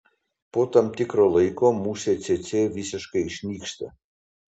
po tam tikro laiko musė cėcė visiškai išnyksta